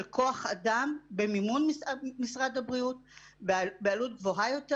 כוח אדם במימון משרד הבריאות בעלות גבוהה יותר,